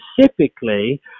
specifically